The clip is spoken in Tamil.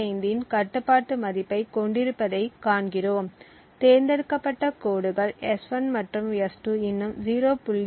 25 இன் கட்டுப்பாட்டு மதிப்பைக் கொண்டிருப்பதைக் காண்கிறோம் தேர்ந்தெடுக்கப்பட்ட கோடுகள் S1 மற்றும் S2 இன்னும் 0